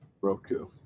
Roku